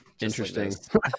Interesting